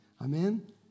Amen